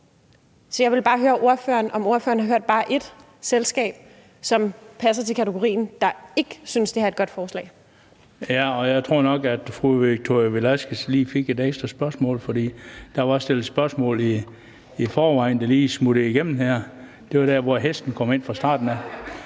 Så jeg vil bare høre ordføreren, om ordføreren kan nævne bare ét selskab, som passer til kategorien, og som ikke synes, det her er et godt forslag. Kl. 18:47 Den fg. formand (Bent Bøgsted): Jeg tror nok, at fru Victoria Velasquez fik et ekstra spørgsmål, for der var stillet spørgsmål i forvejen; det smuttede lige igennem her. Det var der, hvor hesten kom ind fra starten af.